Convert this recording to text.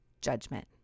judgment